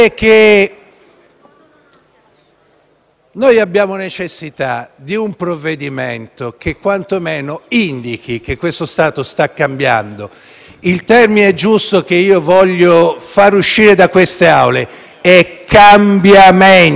noi abbiamo necessità di un provvedimento che quantomeno indichi che questo Stato sta cambiando, il termine giusto che vorrei uscisse da queste Aule è «cambiamento».